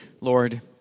Lord